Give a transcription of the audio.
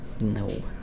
No